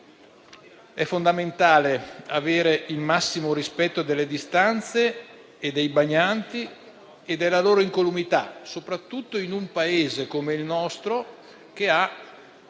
È fondamentale avere il massimo rispetto delle distanze, dei bagnanti e della loro incolumità, soprattutto in un Paese come il nostro che ha